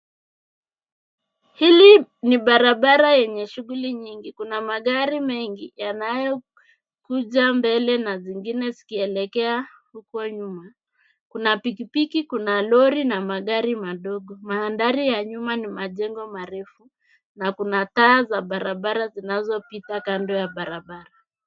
Hili ni barabara yenye shughuli nyingi. Kuna magari mengi, yanayokuja mbele na zingine zikielekea huko nyuma. Kuna pikipiki, kuna lori na magari madogo. Mandhari ya nyuma ni majengo marefu, na kuna taa za barabara zinazopita kando ya barabara.